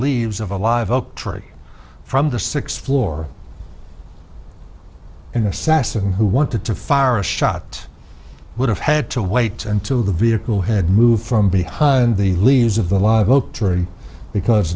leaves of a live oak tree from the sixth floor and the assassin who wanted to fire a shot would have had to wait until the vehicle had moved from behind the leaves of the live oak tree because